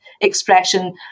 expression